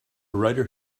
writer